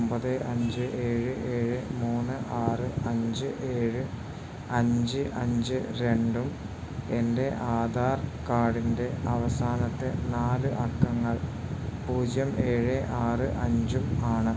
ഒമ്പത് അഞ്ച് ഏഴ് ഏഴ് മൂന്ന് ആറ് അഞ്ച് ഏഴ് അഞ്ച് അഞ്ച് രണ്ടും എൻ്റെ ആധാർ കാർഡിൻ്റെ അവസാനത്തെ നാല് അക്കങ്ങൾ പൂജ്യം ഏഴ് ആറ് അഞ്ചും ആണ്